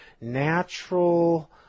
natural